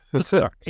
Sorry